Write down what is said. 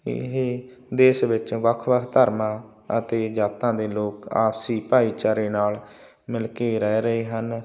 ਇਹ ਦੇਸ਼ ਵਿੱਚ ਵੱਖ ਵੱਖ ਧਰਮਾਂ ਅਤੇ ਜਾਤਾਂ ਦੇ ਲੋਕ ਆਪਸੀ ਭਾਈਚਾਰੇ ਨਾਲ ਮਿਲ ਕੇ ਰਹਿ ਰਹੇ ਹਨ